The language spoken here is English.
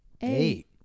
eight